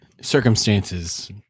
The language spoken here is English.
circumstances